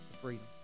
Freedom